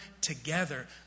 together